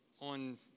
on